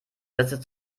setzte